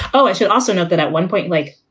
oh, i should also note that at one point, like,